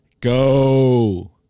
go